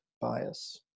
bias